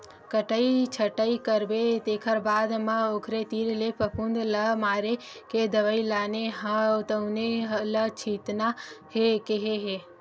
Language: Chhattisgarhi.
कटई छटई करबे तेखर बाद म ओखरे तीर ले फफुंद ल मारे के दवई लाने हव तउने ल छितना हे केहे हे